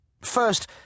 First